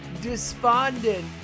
despondent